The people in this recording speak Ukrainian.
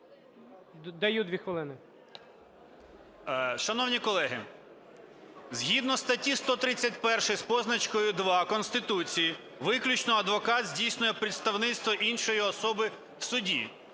МАКАРОВ О.А. Шановні колеги, згідно статті 131 з позначкою 2 Конституції виключно адвокат здійснює представництво іншої особи в суді.